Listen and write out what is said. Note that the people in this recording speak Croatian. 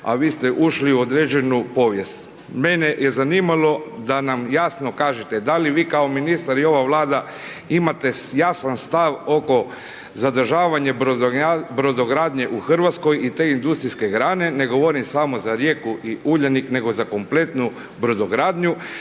a vi ste ušli u određenu povijest. Mene je zanimalo da nam jasno kažete da li vi kao ministar i ova Vlada imate jasan stav oko zadržavanja brodogradnje u Hrvatskoj i te industrijske grane, ne govorim samo za Rijeku i Uljanik nego za kompletnu brodogradnju